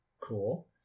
cool